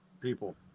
people